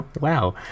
wow